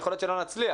יכול להיות שלא נצליח.